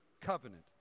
covenant